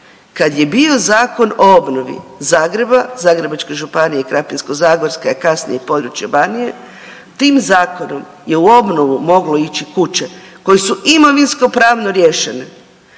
kad je bio Zakon o obnovi Zagreba, Zagrebačke županije, Krapinsko-zagorske, a kasnije i područje Banije, tim zakonom je u obnovu moglo ići kuće koje su imovinskopravno riješene,